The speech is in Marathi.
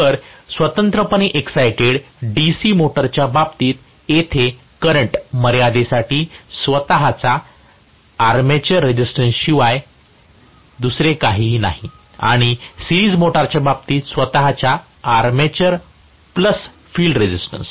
तर स्वतंत्रपणे एक्सायटेड DC मोटर च्या बाबतीत येथे करंट मर्यादेसाठी स्वतःच्या आर्मेचर रेझिस्टन्स शिवाय दुसरे काहीही नाही आणि सीरिज मोटरच्या बाबतीत स्वत च्या आर्मेचर प्लस फील्ड रेझिस्टन्स